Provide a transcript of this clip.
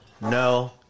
No